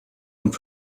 und